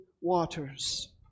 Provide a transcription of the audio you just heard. waters